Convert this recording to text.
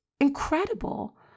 incredible